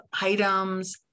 items